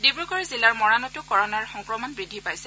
ডিব্ৰুগড় জিলাৰ মৰাণতো কৰ'নাৰ সংক্ৰমণ বৃদ্ধি পাইছে